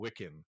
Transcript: Wiccan